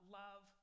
love